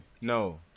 No